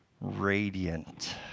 radiant